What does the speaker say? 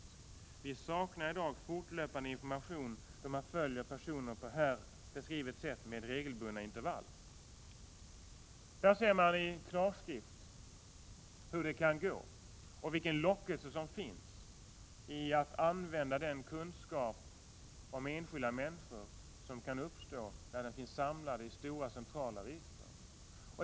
Vi saknar i dag fortlöpande information, då man följer personer på här beskrivet sätt med regelbundna intervall.” Där ser man i klarskrift hur det kan gå och vilken lockelse som finns i att använda den kunskap om enskilda människor som kan uppstå när den finns samlad i stora centrala register.